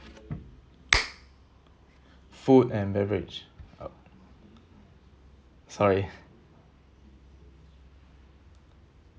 food and beverage sorry